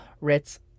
Ritz